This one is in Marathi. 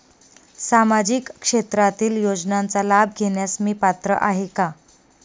सामाजिक क्षेत्रातील योजनांचा लाभ घेण्यास मी पात्र आहे का?